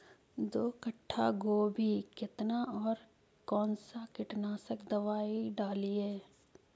दो कट्ठा गोभी केतना और कौन सा कीटनाशक दवाई डालिए?